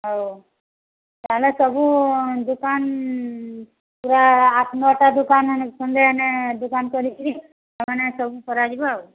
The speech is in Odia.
ହଉ ତାହେଲେ ସବୁ ଦୋକାନ ପୁରା ଆଠ ନଅଟା ଦୋକାନ ସନ୍ଧ୍ୟାନେ ଦୁକାନ କରିକିରି ସେମାନେ ସବୁ କରାଯିବ ଆଉ